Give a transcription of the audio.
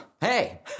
hey